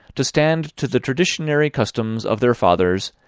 to stand to the traditionary customs of their fathers,